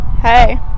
Hey